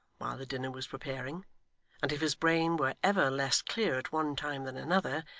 while the dinner was preparing and if his brain were ever less clear at one time than another,